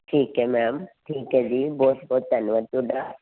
ਠੀਕ ਹੈ ਮੈਮ ਠੀਕ ਹੈ ਜੀ ਬਹੁਤ ਬਹੁਤ ਧੰਨਵਾਦ ਤੁਹਾਡਾ